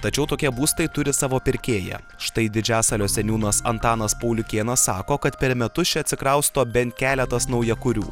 tačiau tokie būstai turi savo pirkėją štai didžiasalio seniūnas antanas pauliukėnas sako kad per metus čia atsikrausto bent keletas naujakurių